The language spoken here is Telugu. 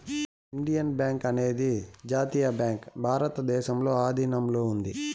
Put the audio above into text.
ఇండియన్ బ్యాంకు అనేది జాతీయ బ్యాంక్ భారతదేశంలో ఆధీనంలో ఉంది